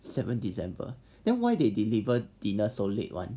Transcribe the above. seven december then why they deliver dinner so late [one]